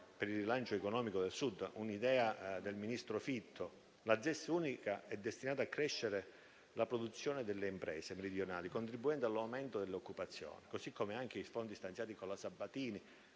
per il rilancio economico del Sud, un'idea del ministro Fitto. La ZES unica è destinata a far crescere la produzione delle imprese meridionali, contribuendo all'aumento dell'occupazione, come i fondi stanziati con la Sabatini,